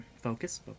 focus